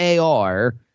AR